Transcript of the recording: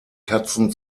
katzen